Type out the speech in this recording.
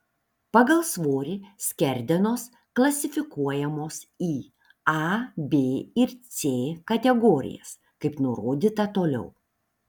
pagal svorį skerdenos klasifikuojamos į a b ir c kategorijas kaip nurodyta toliau